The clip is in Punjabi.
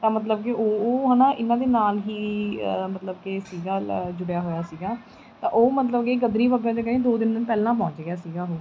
ਤਾਂ ਮਤਲਬ ਕਿ ਉਹ ਉਹ ਹੈ ਨਾ ਇਹਨਾਂ ਦੇ ਨਾਲ ਹੀ ਮਤਲਬ ਕਿ ਸੀਗਾ ਜੁੜਿਆ ਹੋਇਆ ਸੀਗਾ ਤਾਂ ਉਹ ਮਤਲਬ ਕਿ ਗਦਰੀ ਬਾਬਿਆ ਦੇ ਕਹਿੰਦੇ ਦੋ ਦਿਨ ਪਹਿਲਾਂ ਪਹੁੰਚ ਗਿਆ ਸੀਗਾ ਉਹ